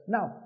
Now